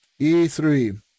E3